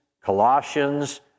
Colossians